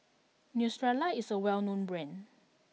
Neostrata is a well known brand